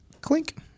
Clink